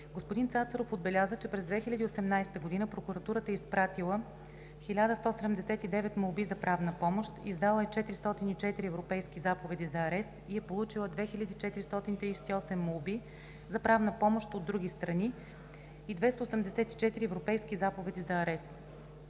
Господин Цацаров отбеляза, че през 2018 г. Прокуратурата е изпратила 1179 молби за правна помощ, издала е 404 европейски заповеди за арест и е получила 2438 молби за правна помощ от други страни и 284 европейски заповеди за арест.